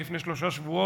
לפני שלושה שבועות,